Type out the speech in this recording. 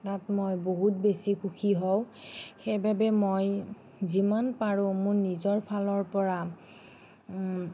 তাত মই বহুত বেছি সুখী হওঁ সেইবাবে মই যিমান পাৰোঁ মোৰ নিজৰ ফালৰ পৰা